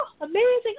amazing